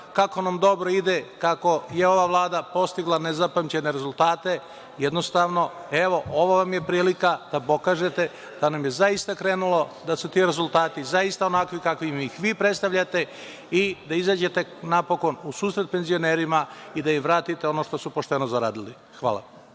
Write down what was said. kako nam dobro ide, kako je ova Vlada postigla nezapamćene rezultate, jednostavno, evo, ovo vam je prilika da pokažete da nam je zaista krenulo, da su ti rezultati zaista onakvi kakvim ih vi predstavljate i da izađete napokon u susret penzionerima i da im vratite ono što su pošteno zaradili. Hvala.